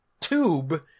tube